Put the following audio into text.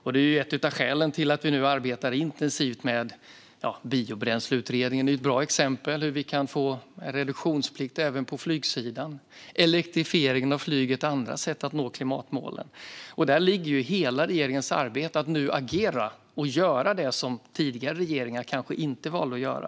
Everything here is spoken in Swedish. Detta är ett av skälen till att vi nu arbetar intensivt med detta - Biobränsleutredningen är ett bra exempel. Det handlar om hur vi kan få till stånd en reduktionsplikt även på flygsidan, elektrifiering av flyget och andra sätt att nå klimatmålen. Där ligger hela regeringens arbete: att nu agera och göra det som tidigare regeringar kanske inte valde att göra.